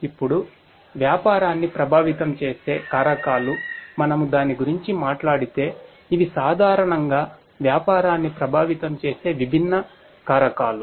ఇప్పుడు వ్యాపారాన్ని ప్రభావితం చేసే కారకాలు మనము దాని గురించి మాట్లాడితే ఇవి సాధారణంగా వ్యాపారాన్ని ప్రభావితం చేసే విభిన్న కారకాలు